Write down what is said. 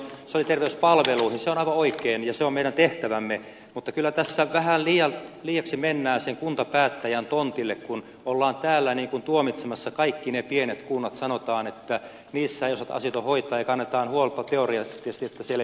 se on aivan oikein ja se on meidän tehtävämme mutta kyllä tässä vähän liiaksi mennään sen kuntapäättäjän tontille kun ollaan täällä tuomitsemassa kaikki ne pienet kunnat sanotaan että niissä ei osata asioita hoitaa ja kannetaan huolta teoreettisesti että siellä eivät palvelut toimi